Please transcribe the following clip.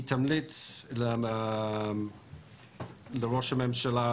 היא תמליץ לראש הממשלה,